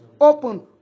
open